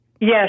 Yes